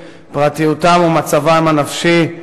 פרטיותם ומצבם הנפשי,